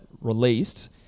released